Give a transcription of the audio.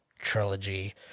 trilogy